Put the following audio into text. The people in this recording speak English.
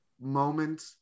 moment